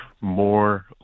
more